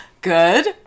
Good